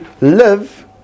live